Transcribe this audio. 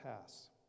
pass